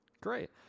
Great